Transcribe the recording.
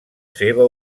seva